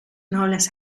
nobles